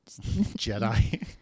Jedi